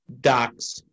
docs